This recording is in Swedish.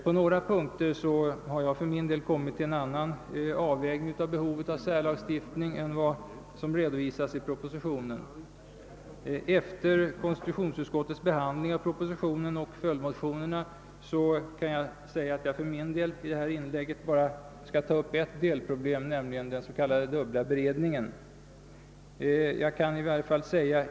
På några punkter har jag för min del kommit till en annan avvägning av behovet av särlagstiftning än som redovisas i propositionen. Efter konstitutionsutskottets behandling av propositionen och följdmotioner kan jag säga, att jag för min del i detta inlägg bara skall ta upp ett delproblem, nämligen den s.k. dubbla beredningen.